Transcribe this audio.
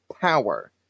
power